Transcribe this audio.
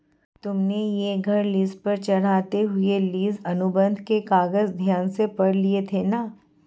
तुमने यह घर लीस पर चढ़ाते हुए लीस अनुबंध के कागज ध्यान से पढ़ लिए थे ना?